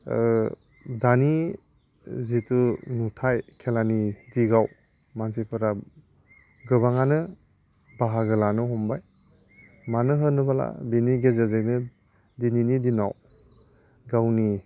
दानि जिथु नुथाय खेलानि दिगाव मानसिफोरा गोबांआनो बाहागो लानो हमबाय मानो होनोब्ला बेनि गेजेरजोंनो दिनैनि दिनाव गावनि